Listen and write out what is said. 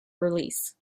release